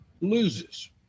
loses